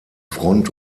front